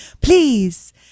Please